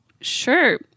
Sure